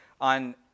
on